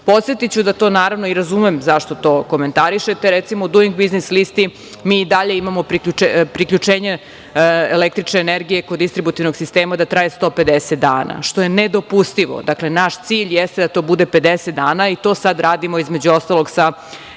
napraviti. Podsetiću da to i razumem zašto to komentarišete. Recimo, na Dujing biznis lista mi i dalje imamo priključenje električne energije kod distributivnog sistema da traje 150 dana što je nedopustivo. Dakle, naš cilj jeste da to bude pedeset dana i to sad radimo između ostalog sa